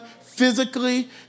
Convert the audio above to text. physically